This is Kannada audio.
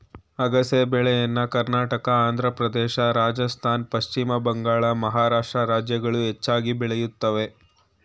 ಅಗಸೆ ಬೆಳೆಯನ್ನ ಕರ್ನಾಟಕ, ಆಂಧ್ರಪ್ರದೇಶ, ರಾಜಸ್ಥಾನ್, ಪಶ್ಚಿಮ ಬಂಗಾಳ, ಮಹಾರಾಷ್ಟ್ರ ರಾಜ್ಯಗಳು ಹೆಚ್ಚಾಗಿ ಬೆಳೆಯುತ್ತವೆ